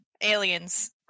aliens